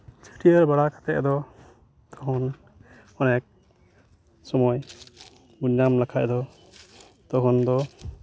ᱪᱷᱟᱹᱴᱭᱟᱹᱨ ᱵᱟᱲᱟ ᱠᱟᱛᱮ ᱟᱫᱚ ᱛᱚᱠᱷᱚᱱ ᱢᱟᱱᱮ ᱥᱚᱢᱚᱭ ᱧᱟᱢ ᱞᱮᱠᱷᱟᱡ ᱫᱚ ᱛᱚᱠᱷᱚᱱ ᱫᱚ